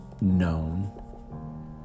Known